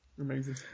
Amazing